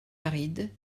aride